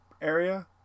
area